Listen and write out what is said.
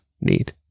need